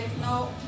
No